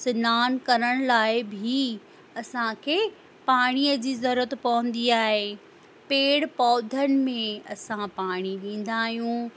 सनानु करण लाइ बि असांखे पाणीअ जी ज़रूरत पवंदी आहे पेड़ पौधनि में असां पाणी ॾींदा आहियूं